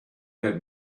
had